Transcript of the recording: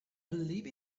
believe